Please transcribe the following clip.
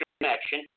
connection